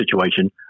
situation